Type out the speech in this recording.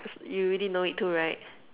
you already know it too right